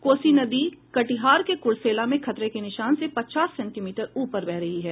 कोसी नदी कटिहार के कुर्सला में खतरे के निशान से पचास सेंटीमीटर ऊपर बह रही है